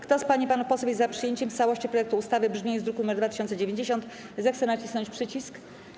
Kto z pań i panów posłów jest za przyjęciem w całości projektu ustawy w brzmieniu z druku nr 2090, zechce nacisnąć przycisk.